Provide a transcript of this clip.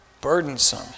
burdensome